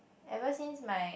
ever since my